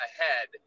ahead